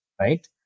right